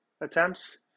attempts